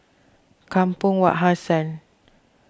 Kampong Wak Hassan